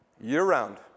year-round